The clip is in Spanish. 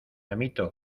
amito